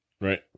Right